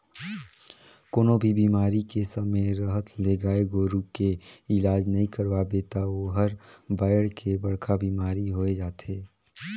कोनों भी बेमारी के समे रहत ले गाय गोरु के इलाज नइ करवाबे त ओहर बायढ़ के बड़खा बेमारी होय जाथे